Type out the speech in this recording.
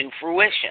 fruition